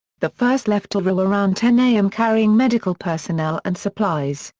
the first left truro around ten am carrying medical personnel and supplies,